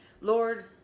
Lord